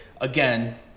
again